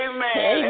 Amen